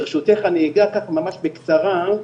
ברשותך אני אגע ממש בקצרה,